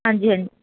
ਹਾਂਜੀ ਹਾਂਜੀ